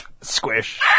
Squish